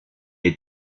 est